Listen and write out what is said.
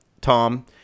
Tom